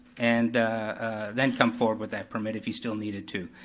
and then come forward with that permit if he still needed to.